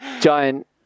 giant